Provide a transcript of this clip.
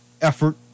effort